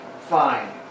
fine